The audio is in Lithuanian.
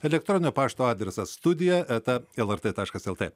elektroninio pašto adresas studija eta lrt taškas lt